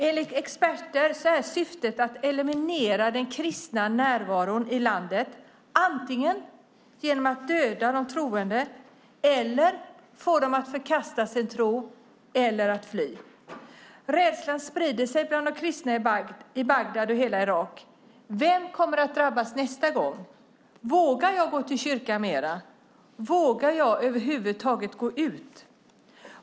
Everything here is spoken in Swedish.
Enligt experter är syftet att eliminera den kristna närvaron i landet antingen genom att döda de troende eller att få dem att förkasta sin tro eller att fly. Rädslan sprider sig bland de kristna i Bagdad och i hela Irak. Vem kommer att drabbas nästa gång? Vågar jag gå till kyrkan mer? Vågar jag över huvud taget gå ut?